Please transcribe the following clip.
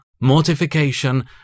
mortification